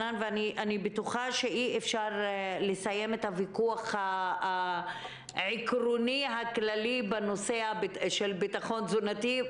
בטוחה שאי-אפשר לסיים את הוויכוח העקרוני והכללי בנושא ביטחון תזונתי,